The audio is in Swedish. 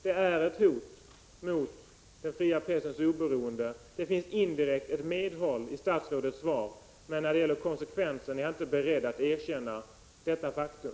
Det är ett hot mot den fria pressens oberoende. Det finns indirekt ett medhåll i statsrådets svar, men när det gäller konsekvenserna är han inte beredd att erkänna detta faktum.